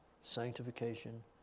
sanctification